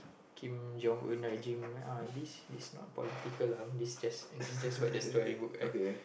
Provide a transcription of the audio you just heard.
Kim Jong Un right uh this this not political ah this just just what the story book right